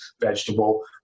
vegetable